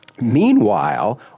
Meanwhile